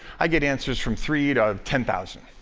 i get answers from three to ten thousand.